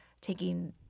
taking